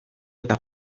eta